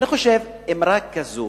אני חושב שאמירה כזו,